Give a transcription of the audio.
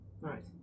Right